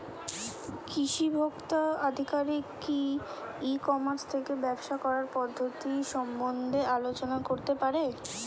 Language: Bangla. কৃষি ভোক্তা আধিকারিক কি ই কর্মাস থেকে ব্যবসা করার পদ্ধতি সম্বন্ধে আলোচনা করতে পারে?